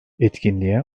etkinliğe